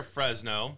Fresno